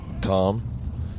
Tom